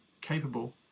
capable